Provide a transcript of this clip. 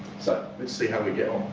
so let's see how we get